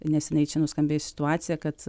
neseniai čia nuskambėjus situacija kad